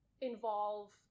involve